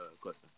question